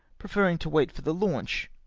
preferring to wait for the launch,